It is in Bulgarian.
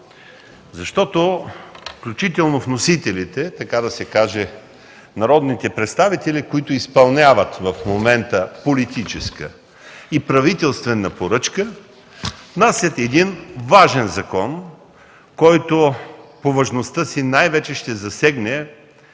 Защото включително вносителите, така да се каже народните представители, които изпълняват в момента политическа и правителствена поръчка, внасят един важен закон, който по важността си най-вече ще засегне